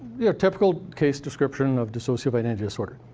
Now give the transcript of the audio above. you know, typical case description of dissociative identity disorder.